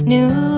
New